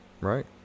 right